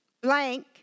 blank